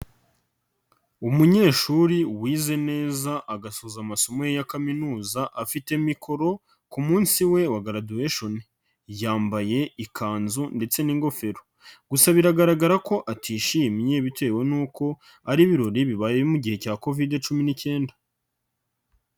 Umunyeshuri wize neza agasoza amasomo ye ya kaminuza, afite mikoro ku munsi we wa graduation. Yambaye ikanzu ndetse n'ingofero. Gusa biragaragara ko atishimye bitewe n'uko ari ibirori bibaye mu gihe cya Covid cumi n'icyenda.